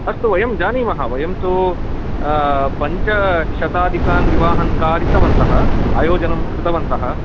अस्तु वयं जानीमः वयं तु पञ्चशताधिकान् विवाहान् कारितवन्तः आयोजनं कृतवन्तः